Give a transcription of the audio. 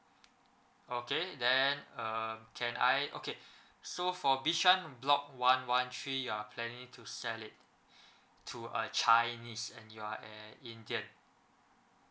okay then uh can I okay so for bishan block one one three you're planning to sell it to a chinese and you are an indian